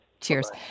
Cheers